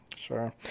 Sure